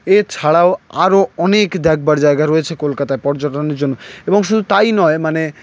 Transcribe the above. এছাড়াও আরও অনেক দেখবার জায়গা রয়েছে কলকাতায় পর্যটনের জন্য এবং শুধু তাই নয় মানে